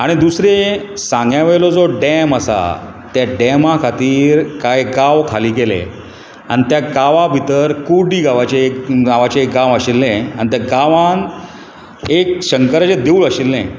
आनी दुसरें सांग्यां वयलो जो डॅम आसा त्या डॅमा खातीर कांय गांव खाली केले आनी त्या गांवा भितर कुर्डी नांवाचें एक गांव आशिल्लें आनी त्या गांवान एक शंकराचें देवूळ आशिल्लें